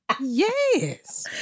Yes